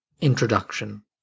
Introduction